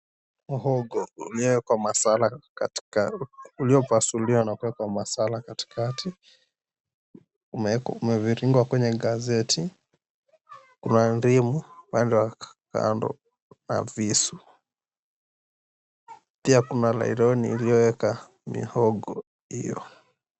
Mhogo uliopasuliwa na kuwekwa masala katikati umeviringwa kwenye gazeti kuna ndimu upande wa kando na visu pia kuna lailoni iliyoeka mihogo hiyo.